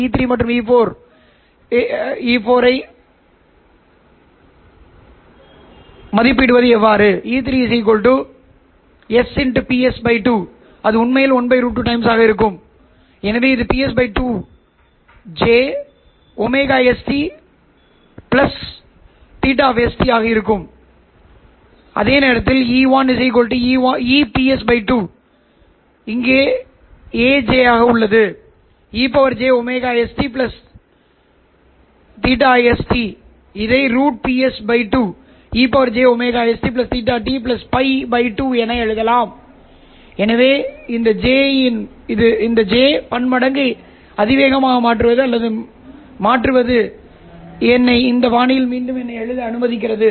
E3 மற்றும் E4 E3 sPs 2 அது உண்மையில் 1√2 ஆக இருக்கும் எனவே இது Ps 2 j st s ஆக இருக்கும் அதே நேரத்தில் E1 EPs 2 இங்கே aj உள்ளது ejωst s இதை √Ps 2 ejωst s π 2 என எழுதலாம் எனவே இந்த j பன்மடங்கை அதிவேகமாக மாற்றுவது அல்லது மாற்றுவது என்னை இந்த பாணியில் மீண்டும் எழுத அனுமதிக்கிறது